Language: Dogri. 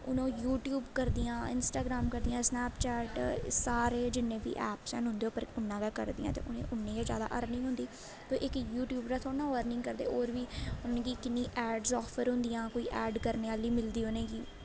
हून ओह् यूट्यूब करदियां इंस्टाग्राम करदियां स्नैपचैट एह् सारे जिन्ने बी ऐप्स हैन उं'दे पर उन्ना गै करियां ते उ'नें उन्नी गै जादा अर्निंग होंदी कोई इक यूट्यूब गै थोह्ड़ी ना ओह् अर्निग करदे होर बी उ'नेंगी किन्नी ऐडस आफर होंदियां कोई ऐड करने आह्ली मिलदी उ'नेंगी